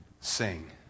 Sing